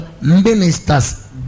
Minister's